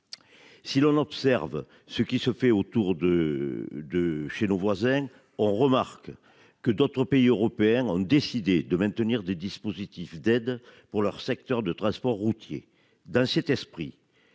Si l'on observe ce qui se fait autour de de chez nos voisins, on remarque que d'autres pays européens ont décidé de maintenir des dispositifs d'aide pour leur secteur de transport routier dans cet esprit.